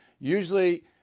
Usually